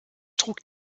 trug